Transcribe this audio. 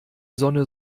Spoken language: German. sonne